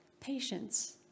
patience